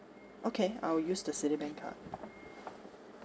okay I'll use the citibank card